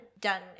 done